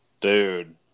Dude